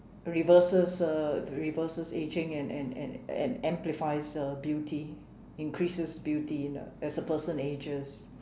reverses uh reverses aging and and and and amplifies the beauty increases beauty in the as a person ages